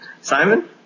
Simon